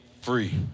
free